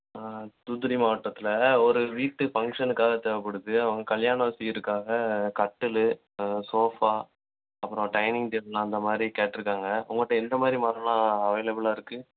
ஆ திருத்தணி மாவட்டத்தில் ஒரு வீட்டு ஃபங்க்ஷனுக்காக தேவைப்படுது அவங்க கல்யாண சீருக்காக கட்டிலு சோஃபா அப்பறம் டைனிங் டேபிள் அந்த மாதிரி கேட்டிருக்காங்க உங்கள்ட்ட எந்த மாதிரி மரமெலாம் அவேலபுளாக இருக்குது